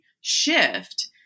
shift